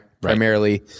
primarily